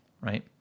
right